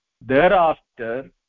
thereafter